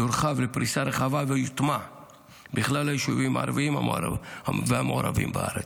הוא יורחב לפריסה רחבה ויוטמע בכלל היישובים הערביים והמעורבים בארץ.